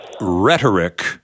rhetoric